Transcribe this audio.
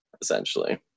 Essentially